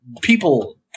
people